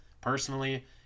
personally